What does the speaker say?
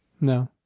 No